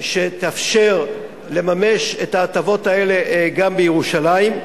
שתאפשר לממש את ההטבות האלה גם בירושלים.